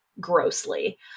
grossly